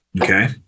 Okay